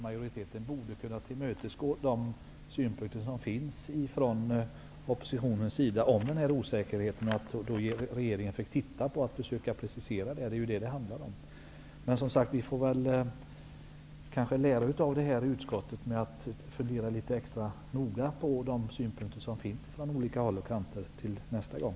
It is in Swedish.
Majoriteten borde kunna tillmötesgå de synpunkter som framförts från oppositionens sida när det gäller osäkerheten. Regeringen borde försöka precisera sig. Det är vad det handlar om. Vi får väl lära oss av detta och i utskottet fundera litet extra noga på de synpunkter som framförs från olika håll till nästa gång.